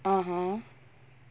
(uh huh)